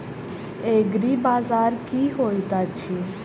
एग्रीबाजार की होइत अछि?